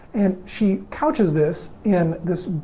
and, she couches this in this